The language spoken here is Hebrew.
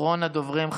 אחרון הדוברים,